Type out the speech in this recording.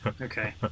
okay